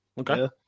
Okay